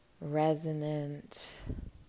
resonant